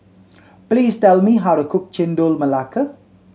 please tell me how to cook Chendol Melaka